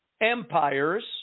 empires